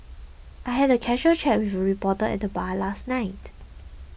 I had a casual chat with a reporter at bar last night